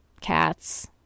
cats